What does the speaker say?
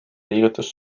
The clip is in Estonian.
liigutus